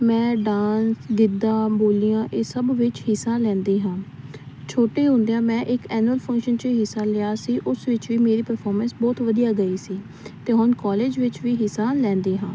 ਮੈਂ ਡਾਂਸ ਗਿੱਦਾ ਬੋਲੀਆਂ ਇਹ ਸਭ ਵਿੱਚ ਹਿੱਸਾ ਲੈਂਦੀ ਹਾਂ ਛੋਟੀ ਹੁੰਦਿਆਂ ਮੈਂ ਇੱਕ ਐਨੂਅਲ ਫੰਕਸ਼ਨ 'ਚ ਹਿੱਸਾ ਲਿਆ ਸੀ ਉਸ ਵਿੱਚ ਵੀ ਮੇਰੀ ਪਰਫੋਰਮੈਂਸ ਬਹੁਤ ਵਧੀਆ ਗਈ ਸੀ ਅਤੇ ਹੁਣ ਕਾਲਜ ਵਿੱਚ ਵੀ ਹਿੱਸਾ ਲੈਂਦੀ ਹਾਂ